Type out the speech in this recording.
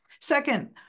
second